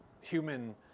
human